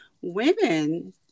women